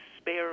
spare